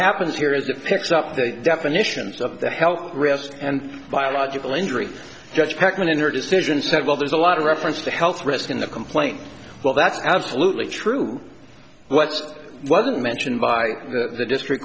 happens here is that picks up the definitions of the health risks and biological injury just packman in your decision said well there's a lot of reference to health risk in the complaint well that's absolutely true what wasn't mentioned by the district